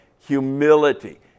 Humility